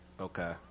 Okay